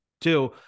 Two